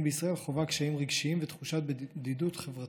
בישראל חווה קשיים רגשיים ותחושת בדידות חברתית.